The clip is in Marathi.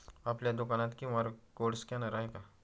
आपल्या दुकानात क्यू.आर कोड स्कॅनर आहे का?